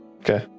Okay